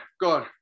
God